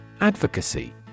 Advocacy